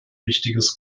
wichtiges